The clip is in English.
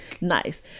Nice